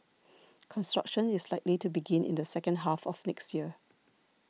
construction is likely to begin in the second half of next year